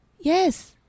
yes